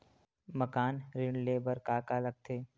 मकान ऋण ले बर का का लगथे?